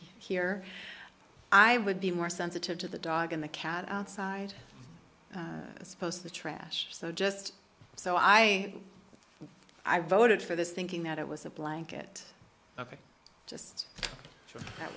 here i would be more sensitive to the dog and the cat outside supposed the trash so just so i i voted for this thinking that it was a blanket just that